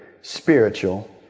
spiritual